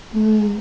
mm